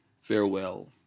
farewell